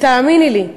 תאמיני לי,